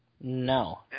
No